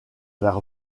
vers